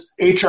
HR